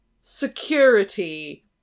security